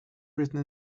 written